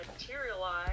materialize